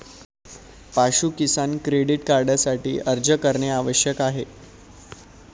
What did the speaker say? पाशु किसान क्रेडिट कार्डसाठी अर्ज करणे आवश्यक आहे